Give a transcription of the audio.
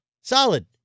Solid